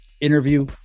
interview